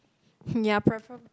ya prefera~